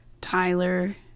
Tyler